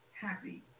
happy